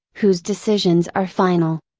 whose decisions are final.